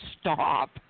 stop